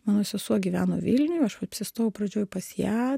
mano sesuo gyveno vilniuj aš apsistojau pradžioj pas ją